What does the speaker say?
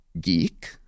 geek